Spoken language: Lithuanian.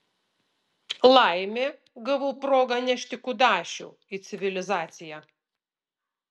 laimė gavau progą nešti kudašių į civilizaciją